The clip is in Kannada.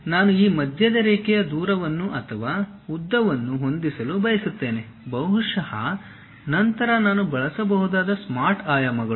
ಈಗ ನಾನು ಈ ಮಧ್ಯದ ರೇಖೆಯ ದೂರವನ್ನು ಅಥವಾ ಉದ್ದವನ್ನು ಹೊಂದಿಸಲು ಬಯಸುತ್ತೇನೆ ಬಹುಶಃ ನಂತರ ನಾನು ಬಳಸಬಹುದಾದ ಸ್ಮಾರ್ಟ್ ಆಯಾಮಗಳು